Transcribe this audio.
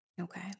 Okay